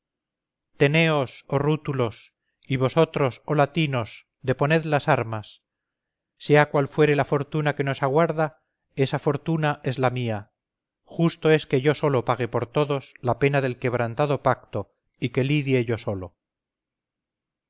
teneos oh rútulos y vosotros oh latinos deponed las armas sea cual fuere la fortuna que nos aguarda esa fortuna es la mía justo es que yo solo pague por vosotros la pena del quebrantado pacto y que lidie yo solo